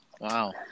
Wow